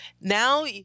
Now